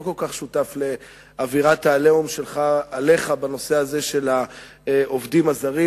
לא כל כך שותף לאווירת ה"עליהום" עליך בנושא הזה של העובדים הזרים.